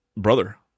brother